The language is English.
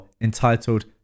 entitled